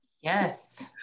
Yes